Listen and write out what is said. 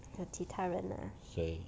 跟其他人 lah